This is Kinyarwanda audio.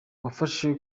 wafashe